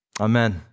Amen